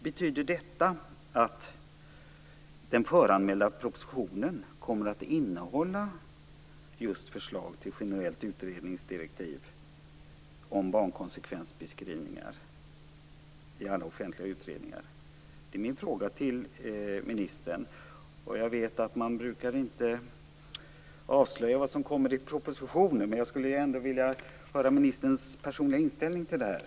Betyder detta att den föranmälda propositionen kommer att innehålla just förslag till generellt utredningsdirektiv om barnkonsekvensbeskrivningar i alla offentliga utredningar? Det är min fråga till ministern. Jag vet att man inte brukar avslöja vad som står i propositioner, men jag skulle ändå vilja höra ministerns personliga inställning till detta.